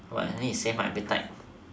at least it saved my appetite